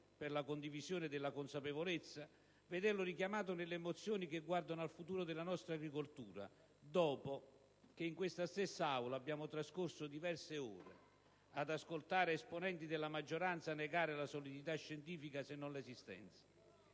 per la condivisione della consapevolezza - vederlo richiamato nelle mozioni che guardano al futuro della nostra agricoltura, dopo che in questa stessa Aula abbiamo trascorso diverse ore ad ascoltare esponenti della maggioranza negarne la solidità scientifica, se non l'esistenza.